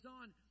on